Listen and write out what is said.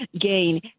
gain